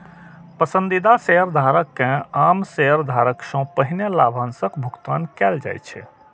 पसंदीदा शेयरधारक कें आम शेयरधारक सं पहिने लाभांशक भुगतान कैल जाइ छै